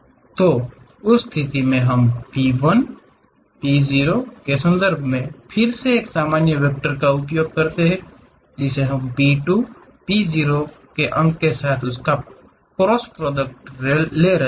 तो उस स्थिति में हम P 1 P 0 के संदर्भ में फिर से सामान्य वेक्टर का उपयोग करते हैं P 2 P 0 अंक के साथ एक क्रॉस उत्पाद ले रहा है